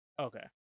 Okay